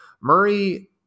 murray